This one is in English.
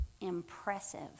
impressive